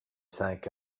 cinq